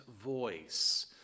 voice